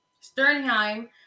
Sternheim